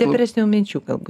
depresinių minčių galbūt